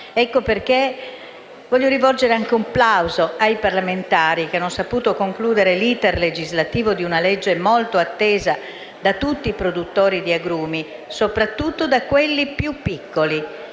Ecco perché voglio rivolgere un plauso ai parlamentari che hanno saputo concludere l'*iter* legislativo di un provvedimento molto atteso da tutti i produttori di agrumi, soprattutto da quelli più piccoli,